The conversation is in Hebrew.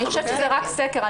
אני חושבת שזה רק סקר.